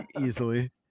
easily